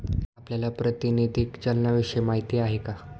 आपल्याला प्रातिनिधिक चलनाविषयी माहिती आहे का?